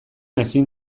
ezin